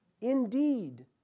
indeed